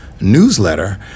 newsletter